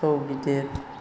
थौ गिदिर